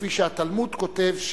כפי שהתלמוד כותב,